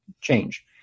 change